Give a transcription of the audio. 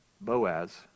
Boaz